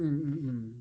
mm mm mm